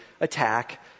attack